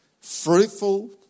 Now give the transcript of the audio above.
fruitful